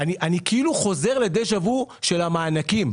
אני חוזר לדה ז'ה וו של המענקים,